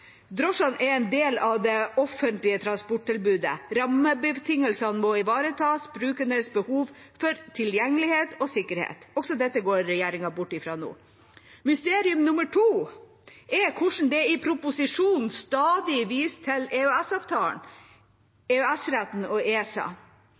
drosjene er en del av det offentlige transporttilbudet, og at rammebetingelsene må ivareta brukernes behov for tilgjengelighet og sikkerhet. Også dette går regjeringa bort fra nå. Mysterium nummer to er at det i proposisjonen stadig vises til